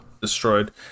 destroyed